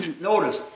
notice